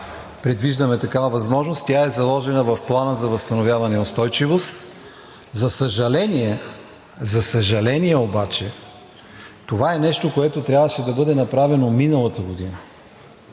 предвиждаме такава възможност. Тя е заложена в Плана за възстановяване и устойчивост. За съжаление обаче, това е нещо, което трябваше да бъде направено миналата година.